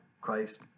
Christ